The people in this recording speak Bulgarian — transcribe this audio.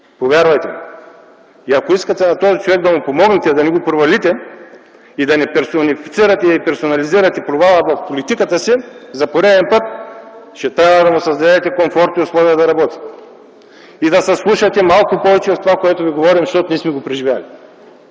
Повярвайте ми! Ако искате да помогнете на този човек, да не го провалите и да не персонифицирате и персонализирате провала в политиката си за пореден път, ще трябва да му създадете комфорт и условия да работи. И да се вслушате малко повече в това, което ви говорим, защото ние сме го преживели.